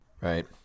Right